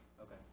Okay